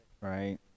Right